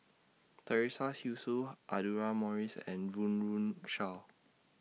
Teresa Hsu Audra Morrice and Run Run Shaw